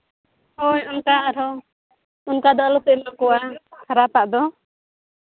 ᱦᱳᱭ ᱚᱱᱠᱟ ᱟᱨᱦᱚᱸ ᱚᱱᱠᱟ ᱫᱚ ᱟᱞᱚᱯᱮ ᱮᱢᱟ ᱠᱚᱣᱟ ᱠᱷᱟᱨᱟᱯᱟᱜ ᱫᱚ